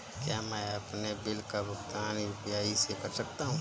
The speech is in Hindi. क्या मैं अपने बिल का भुगतान यू.पी.आई से कर सकता हूँ?